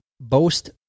boast